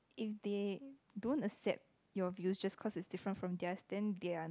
if they don't accept your views just cause it's different from theirs then they are